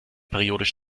periodisch